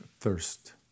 thirst